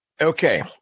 Okay